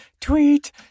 Tweet